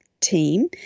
team